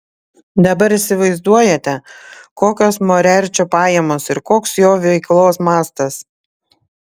dabar įsivaizduojate kokios moriarčio pajamos ir koks jo veiklos mastas